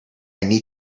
need